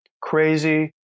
crazy